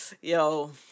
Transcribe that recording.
yo